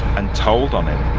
and told on him.